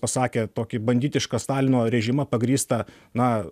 pasakė tokį banditišką stalino režimą pagrįstą na